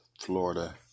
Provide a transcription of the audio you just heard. Florida